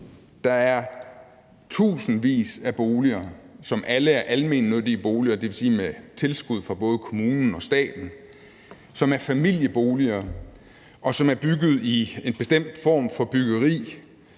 Der er tusindvis af boliger, som alle er almennyttige boliger, dvs. med tilskud fra både kommunen og staten, som er familieboliger, og som er opført i en bestemt form for byggeri,